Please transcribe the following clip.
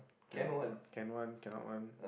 cannot one can one cannot one